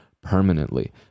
permanently